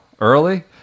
early